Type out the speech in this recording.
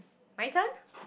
my turn